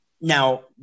Now